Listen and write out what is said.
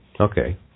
Okay